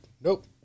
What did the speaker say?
nope